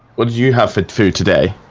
what do you have for food today,